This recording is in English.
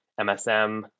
MSM